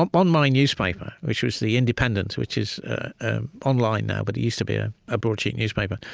um on my newspaper, which was the independent, which is online now, but it used to be a ah broadsheet newspaper,